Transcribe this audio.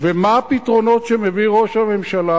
ומה הפתרונות שמביא ראש הממשלה?